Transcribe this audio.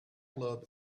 club